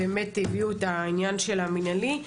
הביאו את העניין של המינהלי.